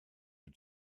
had